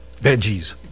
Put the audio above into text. veggies